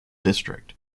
district